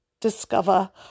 discover